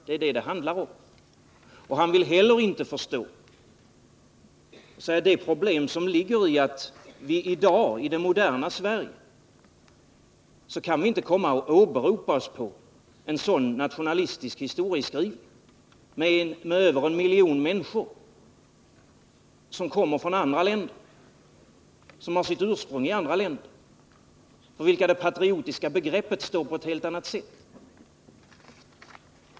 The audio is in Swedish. Det är vad det handlar om. Gunnar Biörck vill inte heller förstå de problem som ligger i att vi i dag i vårt moderna Sverige inte kan åberopa en sådan nationalistisk historieskrivning när vi har över en miljon människor som har sitt ursprung i andra länder och för vilka det patriotiska begreppet framtonar på ett helt annat sätt.